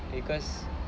because